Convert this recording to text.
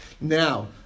Now